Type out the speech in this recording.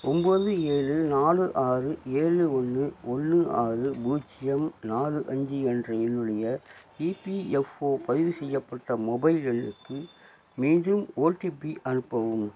ஒம்பது ஏழு நாலு ஆறு ஏழு ஒன்று ஒன்று ஆறு பூஜ்ஜியம் நாலு அஞ்சு என்ற என்னுடைய இபிஎஃப்ஒ பதிவு செய்யப்பட்ட மொபைல் எண்ணுக்கு மீண்டும் ஓடிபி அனுப்பவும்